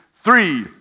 Three